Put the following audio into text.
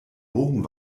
bogen